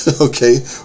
Okay